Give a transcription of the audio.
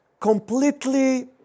completely